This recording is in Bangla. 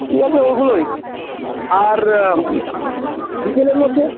ঠিক আছে ওগুলোই আর বিকেলের মধ্যে